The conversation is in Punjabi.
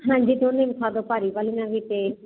ਹਾਂਜੀ ਦੋਨੇ ਵਿਖਾ ਦੋ ਭਾਰੀ ਵਾਲੀਆਂ ਵੀ ਤੇ